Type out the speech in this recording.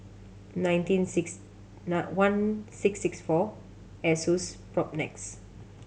nineteen six nine one six six four Asus Propnex